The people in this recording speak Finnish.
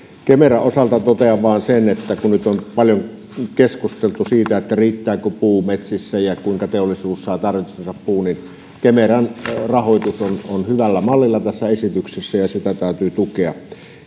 kemeran osalta totean vain sen että kun nyt on paljon keskusteltu siitä riittääkö puu metsissä ja kuinka teollisuus saa tarvitsemansa puun niin kemeran rahoitus on hyvällä mallilla tässä esityksessä ja sitä täytyy tukea